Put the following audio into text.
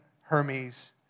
Hermes